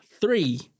three